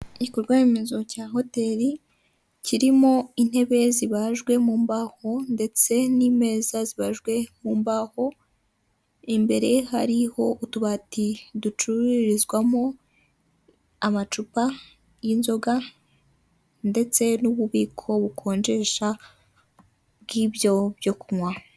Igikorwaremezo cya hoteli kirimo intebe zibajwe mu mbaho ndetse n'imeza zibajwe mu mbaho, imbere hariho utubati ducururizwamo amacupa y'inzoga, ndetse n'ububiko bukonjesha bw'ibyo byo kunywa.